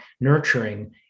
nurturing